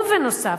בנוסף,